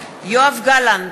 יואב גלנט,